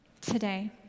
today